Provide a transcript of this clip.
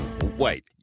Wait